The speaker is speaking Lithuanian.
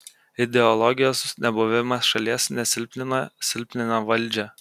ideologijos nebuvimas šalies nesilpnina silpnina valdžią